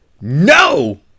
No